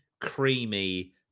creamy